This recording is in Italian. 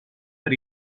per